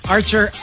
Archer